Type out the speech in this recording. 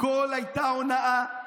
הכול הייתה הונאה.